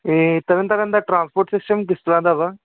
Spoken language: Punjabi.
ਇਹ ਤਰਨ ਤਾਰਨ ਦਾ ਟਰਾਂਸਪੋਰਟ ਸਿਸਟਮ ਕਿਸ ਤਰ੍ਹਾਂ ਦਾ ਵਾ